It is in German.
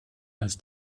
als